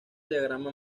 diagrama